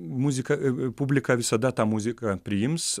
muzika publika visada tą muziką priims